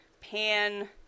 Pan